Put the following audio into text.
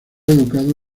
educado